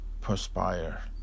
perspire